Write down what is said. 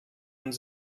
und